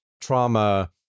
trauma